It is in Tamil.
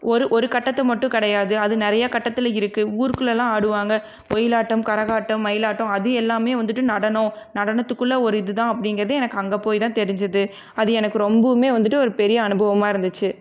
ஒரு ஒரு கட்டத்தை மட்டும் கிடையாது அது நிறைய கட்டத்தில் இருக்குது ஊர் குள்ளயெலாம் ஆடுவாங்கள் ஒயிலாட்டம் கரகாட்டம் மயிலாட்டம் அது எல்லாமே வந்துட்டு நடனம் நடனத்துக்குள்ளே ஒரு இதுதான் அப்படிங்றது எனக்கு அங்கே போய்தான் தெரிஞ்சது அது எனக்கு ரொம்பவுமே வந்துட்டு ஒரு பெரிய அனுபவமாக இருந்துச்சு